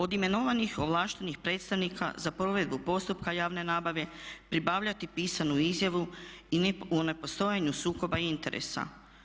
Od imenovanih ovlaštenih predstavnika za provedbu postupka javne nabave pribavljati pisanu izjavu o nepostojanju sukoba interesa.